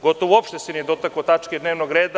Gotovo uopšte se nije dotakao tačke dnevnog reda.